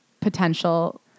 potential